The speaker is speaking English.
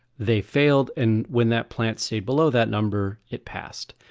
they failed and when that plant stayed below that number it passed.